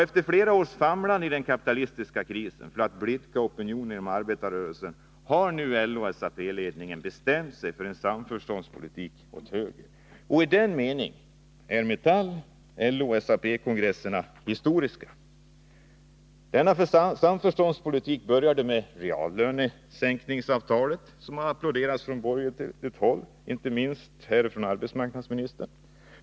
Efter flera års famlande i den kapitalistiska krisen för att blidka opinioner inom arbetarrörelsen har nu LO och SAP ledningarna bestämt sig för en samförståndspolitik åt höger. I den meningen är Metalls, LO:s och SAP:s kongresser historiska. Denna samförståndspolitik började med LO:s reallönesänkningsavtal, som applåderades på borgerligt håll, inte minst av arbetsmarknadsministern.